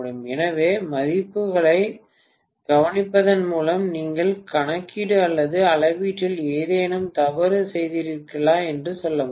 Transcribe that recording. எனவே மதிப்புகளைக் கவனிப்பதன் மூலம் நீங்கள் கணக்கீடு அல்லது அளவீட்டில் ஏதேனும் தவறு செய்திருக்கிறீர்களா என்று சொல்ல முடியும்